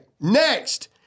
next